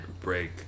break